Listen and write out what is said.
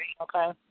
okay